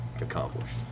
accomplished